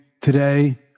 today